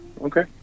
okay